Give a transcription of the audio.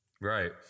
Right